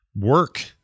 work